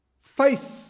Faith